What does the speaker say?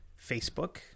Facebook